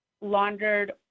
laundered